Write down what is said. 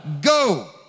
Go